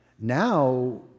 Now